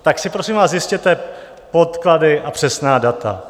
Tak si prosím vás zjistěte podklady a přesná data.